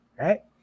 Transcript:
right